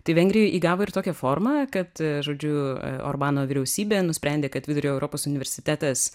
tai vengrijoj įgavo ir tokią formą kad žodžiu orbano vyriausybė nusprendė kad vidurio europos universitetas